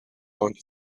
want